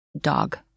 dog